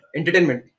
entertainment